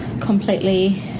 completely